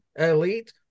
elite